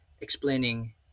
explaining